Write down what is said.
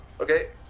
Okay